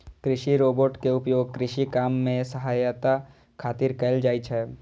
कृषि रोबोट के उपयोग कृषि काम मे सहायता खातिर कैल जाइ छै